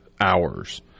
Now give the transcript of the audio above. hours